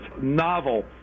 novel